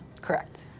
Correct